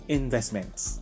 investments